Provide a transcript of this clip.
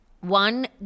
One